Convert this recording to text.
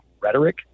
rhetoric